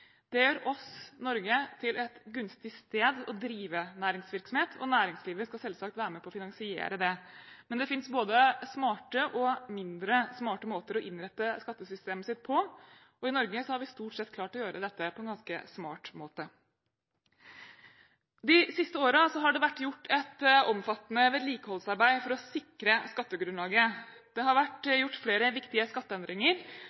Det gjør oss, Norge, til et gunstig sted å drive næringsvirksomhet, og næringslivet skal selvsagt være med på å finansiere det. Det finnes både smarte og mindre smarte måter å innrette skattesystemet sitt på. I Norge har vi stort sett klart å gjøre det på en ganske smart måte. De siste årene har det vært gjort et omfattende vedlikeholdsarbeid for å sikre skattegrunnlaget. Det har